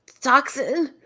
Toxin